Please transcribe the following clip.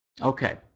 Okay